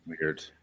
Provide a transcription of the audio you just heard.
Weird